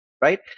right